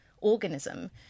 organism